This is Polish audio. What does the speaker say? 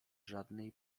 żadnej